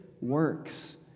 works